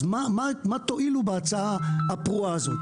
אז מה תועילו בהצעה הפרועה הזאת?